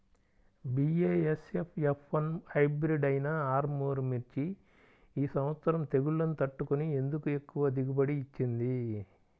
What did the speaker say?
BASF F one hybrid అయినా ఆర్ముర్ మిర్చి ఈ సంవత్సరం తెగుళ్లును తట్టుకొని ఎందుకు ఎక్కువ దిగుబడి ఇచ్చింది?